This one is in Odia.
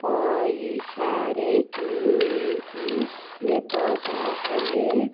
ପଇସାରେ କିଣିକି ନେବ ତାହେଲେ